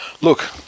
Look